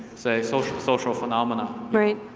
say social social phenomena. right.